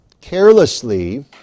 carelessly